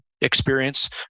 experience